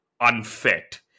unfit